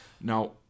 now